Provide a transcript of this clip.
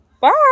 Bye